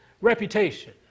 reputation